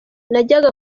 najya